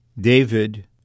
David